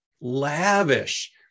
lavish